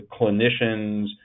clinicians